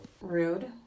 Rude